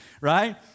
right